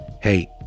hey